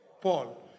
Paul